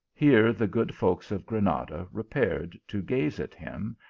here the good folks of granada repaired to gaze at him,